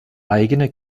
eigene